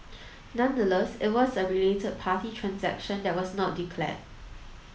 nonetheless it was a related party transaction that was not declared